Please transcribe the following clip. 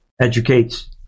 educates